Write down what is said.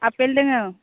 आफेल दोङो